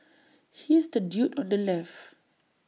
he's the dude on the left